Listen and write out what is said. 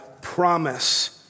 promise